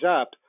up